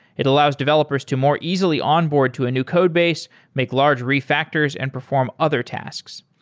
it allows developers to more easily onboard to a new codebase, make large refactors and perform other tasks.